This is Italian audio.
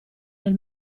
nel